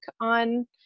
on